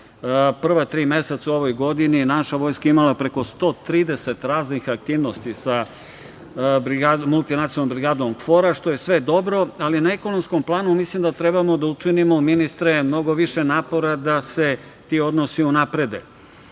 prva tri meseca u ovoj godini, naša vojska je imala preko 130 raznih aktivnosti sa Multinacionalnom brigadom KFOR-a, što je sve dobro, ali na ekonomskom planu mislim da trebamo da učinimo, ministre, mnogo više napora da se ti odnosi unaprede. Zvanični